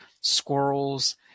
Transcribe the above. squirrels